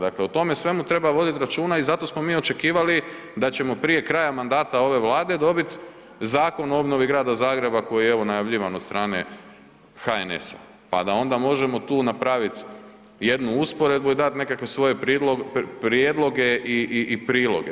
Dakle o tome svemu treba voditi računa i zato smo mi očekivali da ćemo prije kraja mandata ove Vlade dobiti zakon o obnovi grada Zagreba koji je, evo, najavljivan od strane HNS-a pa da onda možemo tu napraviti jednu usporedbu i dati nekakve svoje prijedloge i priloge.